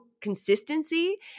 consistency